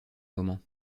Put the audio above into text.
moment